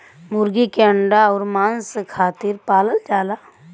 मुरगी के अंडा अउर मांस खातिर पालल जाला